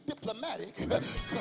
diplomatic